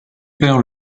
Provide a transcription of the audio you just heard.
père